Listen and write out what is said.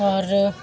और